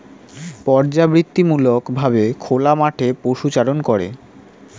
পর্যাবৃত্তিমূলক ভাবে খোলা মাঠে পশুচারণ করে